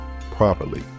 properly